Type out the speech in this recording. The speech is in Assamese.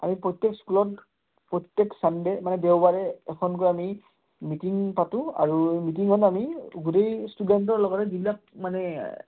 আমি প্ৰত্যেক স্কুলত প্ৰত্যেক চানডে মানে দেওবাৰে এখনকৈ আমি মিটিং পাতোঁ আৰু মিটিঙত আমি গোটেই ষ্টুডেণ্টৰ লগতে যিবিলাক মানে